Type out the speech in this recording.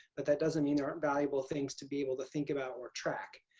but that doesn't mean there aren't valuable things to be able to think about or track.